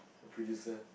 a producer